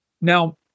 Now